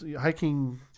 hiking